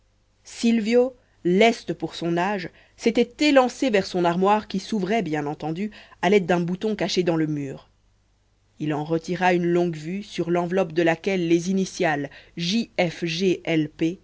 silvio leste pour son âge s'était élancé vers son armoire qui s'ouvrait bien entendu à l'aide d'un bouton caché dans le mur il en retira une longue-vue sur l'enveloppe de laquelle les initiales j f g